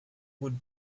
would